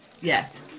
Yes